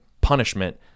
punishment